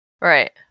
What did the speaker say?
Right